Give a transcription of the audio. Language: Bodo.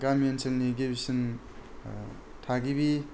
गामि ओनसोलनि गिबिसिन थागिबि